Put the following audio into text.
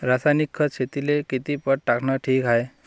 रासायनिक खत शेतीले किती पट टाकनं ठीक हाये?